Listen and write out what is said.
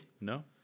No